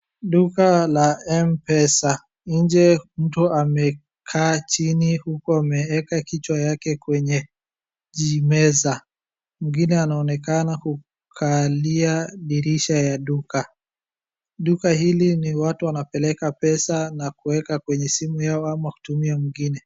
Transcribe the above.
Duka la Mpesa, nje mtu amekaa chini huku ameeka kichwa yake kwenye jimeza. Mwingine anaonekana kukalia dirisha ya duka. Duka hili ni watu wanapeleka pesa na kueka kwenye simu yao ama kutumia mwingine.